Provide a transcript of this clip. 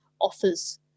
offers